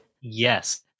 Yes